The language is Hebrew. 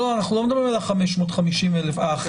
אנחנו לא מדברים על ה-550 אלף.